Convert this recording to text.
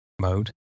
mode